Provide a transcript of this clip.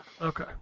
Okay